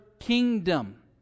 kingdom